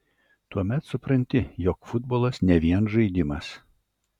tuomet supranti jog futbolas ne vien žaidimas